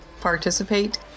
participate